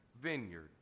vineyard